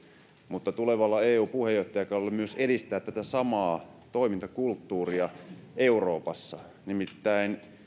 mutta tulevalla eu puheenjohtajakaudella myös edistää tätä samaa toimintakulttuuria euroopassa nimittäin